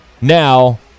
Now